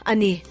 Ani